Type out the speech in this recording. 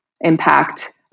impact